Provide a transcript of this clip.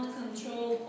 control